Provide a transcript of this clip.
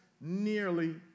nearly